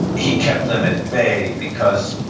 he kept them at bay because